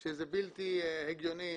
זה בלתי הגיוני מבחינתנו.